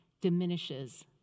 diminishes